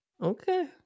Okay